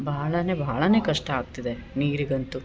ಭಾಳನೇ ಭಾಳನೇ ಕಷ್ಟ ಆಗ್ತಿದೆ ನೀರಿಗಂತು